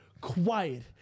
Quiet